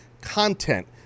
content